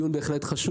הוא דיון חשוב בהחלט.